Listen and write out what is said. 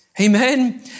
Amen